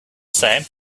same